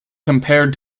compared